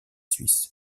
suisses